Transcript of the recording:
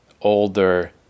older